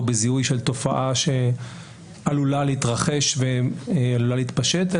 בזיהוי של תופעה שעלולה להתרחש ועלולה להתפשט,